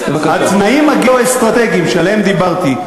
התנאים הגיאו-אסטרטגיים שעליהם דיברתי,